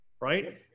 right